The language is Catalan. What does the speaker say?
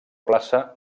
plaça